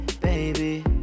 baby